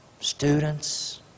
Students